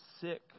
sick